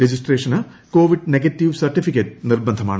രജിസ്ട്രേഷ്ഠന്റ് covid negative certificate നിർബന്ധമാണ്